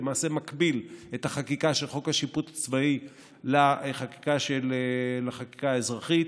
ולמעשה מקביל את החקיקה של חוק השיפוט הצבאי לחקיקה האזרחית.